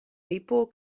vipo